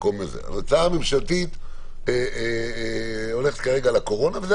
ההצעה הממשלתית הולכת כרגע על הקורונה וזו